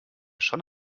schon